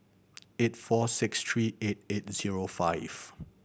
eight four six three eight eight zero five